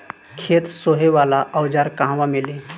खेत सोहे वाला औज़ार कहवा मिली?